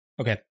okay